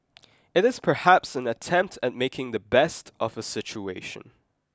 it is perhaps an attempt at making the best of a situation